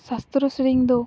ᱥᱟᱥᱛᱨᱚ ᱥᱮᱨᱮᱧ ᱫᱚ